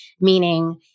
meaning